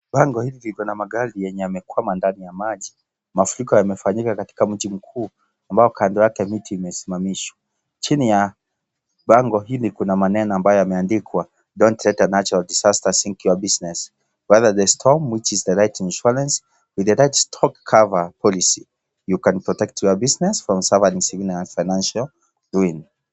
Bango liko na magari yenye imekwama ndani ya maji. Mafuriko yamefanyika katika mji mkuu ambao kando yake miti imezimamishwa. Chini ya bango hili kuna maneno ambayo yameandikwa " Don't let the natural disaster sink your business. Weather the storm with the right insurance with the right stock cover policy. You can protect your business from suffering financial ruin ".